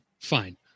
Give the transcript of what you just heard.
Fine